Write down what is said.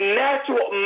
natural